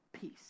peace